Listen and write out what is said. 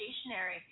stationary